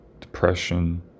depression